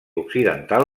occidental